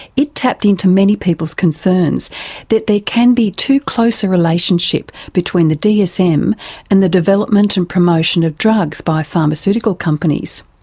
it tapped into many people's concerns that there can be too close a relationship between the dsm and the development and promotion of drugs by pharmaceutical companies.